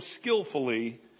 skillfully